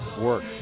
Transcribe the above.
work